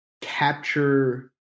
capture –